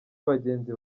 bagenzi